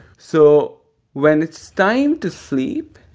so when it's time to sleep,